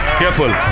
careful